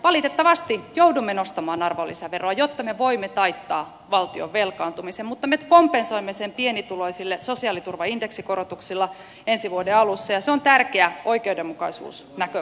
valitettavasti joudumme nostamaan arvonlisäveroa jotta me voimme taittaa valtion velkaantumisen mutta me kompensoimme sen pienituloisille sosiaaliturvan indeksikorotuksilla ensi vuoden alussa ja se on tärkeää oikeudenmukaisuusnäkökulmasta